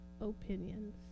opinions